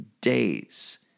days